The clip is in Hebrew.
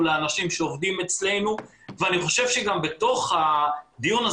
והיא צריכה לקבל תוכנית הבראה על ידי משרד הפנים והאוצר,